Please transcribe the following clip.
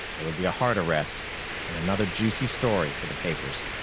there would be a heart arrest and another juicy story for the papers.